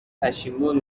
پشیمون